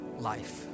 life